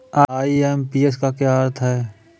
IMPS का क्या अर्थ है?